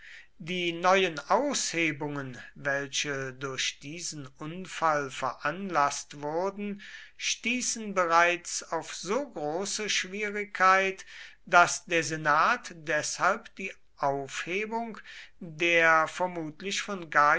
die neuen aushebungen welche durch diesen unfall veranlaßt wurden stießen bereits auf so große schwierigkeit daß der senat deshalb die aufhebung der vermutlich von